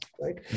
right